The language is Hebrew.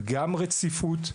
גם רציפות,